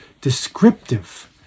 descriptive